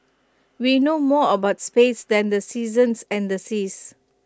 we know more about space than the seasons and the seas